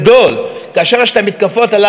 כאשר יש את המתקפות הללו על בג"ץ,